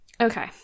Okay